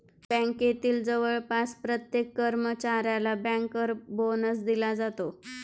बँकेतील जवळपास प्रत्येक कर्मचाऱ्याला बँकर बोनस दिला जातो